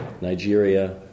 Nigeria